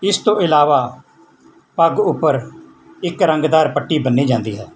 ਇਸ ਤੋਂ ਇਲਾਵਾ ਪੱਗ ਉੱਪਰ ਇੱਕ ਰੰਗਦਾਰ ਪੱਟੀ ਬੰਨੀ ਜਾਂਦੀ ਹੈ